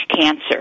cancer